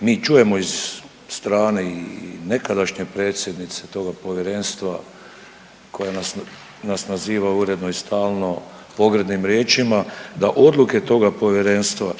mi čujemo iz strane i nekadašnje predsjednice toga povjerenstva koja nas naziva uredno i stalno pogrdnim riječima da odluke toga povjerenstva